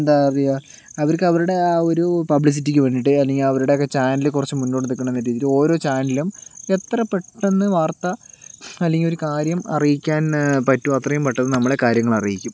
എന്താ പറയുക അവർക്ക് അവരുടെ ആ ഒരു പബ്ലിസിറ്റിക്ക് വേണ്ടിയിട്ട് അല്ലെങ്കിൽ അവരുടെ ഒക്കെ ചാനൽ കുറച്ച് മുന്നോട്ട് നിക്കണമെന്ന രീതിയിൽ ഓരോ ചാനലും എത്ര പെട്ടെന്ന് വാർത്ത അല്ലെങ്കിൽ ഒരു കാര്യം അറിയിക്കാൻ പറ്റുമോ അത്രയും പെട്ടെന്ന് നമ്മളെ കാര്യങ്ങൾ അറിയിക്കും